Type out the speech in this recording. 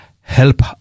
help